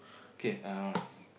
K uh